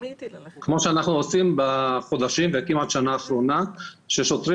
כמו שאנחנו עושים בחודשים וכמעט בשנה האחרונה כשהשוטרים